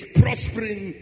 prospering